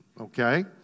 Okay